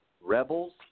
Rebels